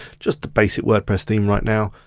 just the basic wordpress theme right now.